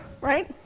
right